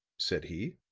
said he.